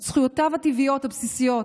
את זכויותיו הטבעיות הבסיסיות,